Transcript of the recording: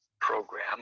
program